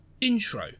intro